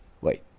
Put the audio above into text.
Wait